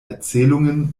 erzählungen